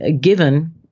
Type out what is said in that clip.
given